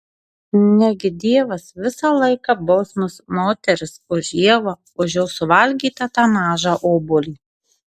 negi dievas visą laiką baus mus moteris už ievą už jos suvalgytą tą mažą obuolį